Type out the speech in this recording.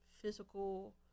physical